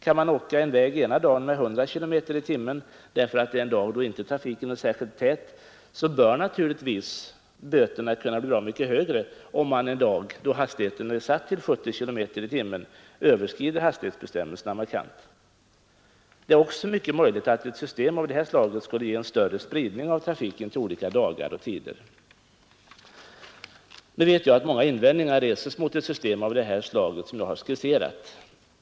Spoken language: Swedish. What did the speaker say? Om man åker en väg ena dagen med 100 km i timmen därför att det är en dag då trafiken inte är särskilt tät så bör naturligtvis böterna kunna bli bra mycket högre än nu om man åker samma väg en dag då hastigheten är begränsad till 70 km i timmen och man överskrider hastighetsbestämmelserna. Det är också mycket möjligt att det system av det här slaget skulle ge större spridning av trafiken till olika dagar och tider. Nu vet jag att många invändningar reses mot det system jag skisserat.